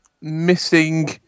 missing